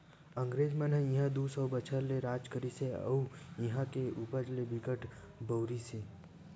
अंगरेज मन इहां दू सौ बछर ले राज करिस अउ इहां के उपज ल बिकट बउरिस